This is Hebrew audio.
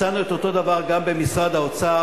מצאנו את אותו הדבר גם במשרד האוצר,